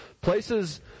places